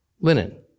linen